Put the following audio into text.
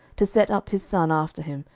to set up his son after him,